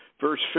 verse